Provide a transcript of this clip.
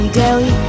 daily